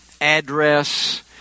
address